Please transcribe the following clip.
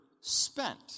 spent